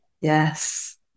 Yes